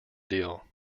deal